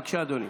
בבקשה, אדוני,